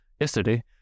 yesterday